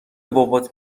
بابات